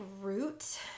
root